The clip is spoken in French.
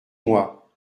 moi